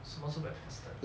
什么是 web casted